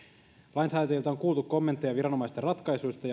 lainsäätäjiltä on kuultu kommentteja viranomaisten ratkaisuista